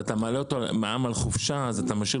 ואתה מעלה מע"מ על חופשה אז אתה משאיר